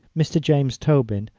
mr. james tobin,